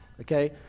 Okay